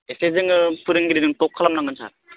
एसे जोङो फोरोंगिरिजों टक खामनांगोन सार